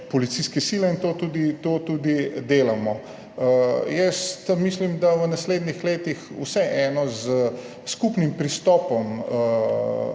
policijske sile, in to tudi delamo. Jaz mislim, da v naslednjih letih vseeno s skupnim pristopom